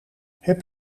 heb